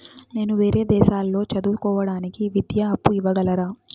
నేను వేరే దేశాల్లో చదువు కోవడానికి విద్యా అప్పు ఇవ్వగలరా?